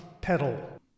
pedal